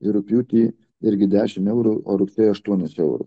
ir rugpjūtį irgi dešim eurų o rugsėjo aštuonis eurus